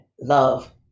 love